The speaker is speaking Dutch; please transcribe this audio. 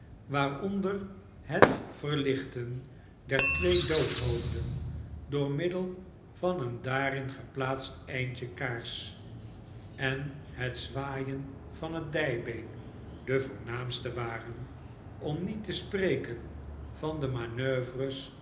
waaronder het verlichten der twee doodshoofden door middel van een daarin geplaatst eindje kaars en het zwaaien van het dijbeen de voornaamste waren om niet te spreken van de manoeuvres